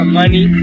money